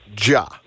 Ja